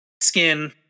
skin